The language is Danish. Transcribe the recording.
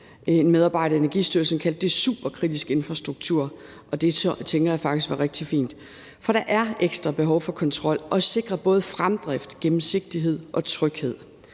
en medarbejder i Energistyrelsen kaldte det superkritisk infrastruktur, og det tænker jeg faktisk var rigtig fint. For der er ekstra behov for kontrol og at sikre både fremdrift, gennemsigtighed og tryghed,